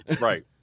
Right